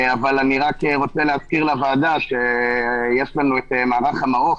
אני רק רוצה להזכיר לוועדה שיש לנו את מערך המעוף,